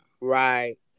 Right